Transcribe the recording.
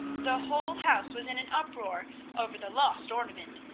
the whole house was in an uproar over the lost ornament.